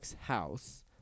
house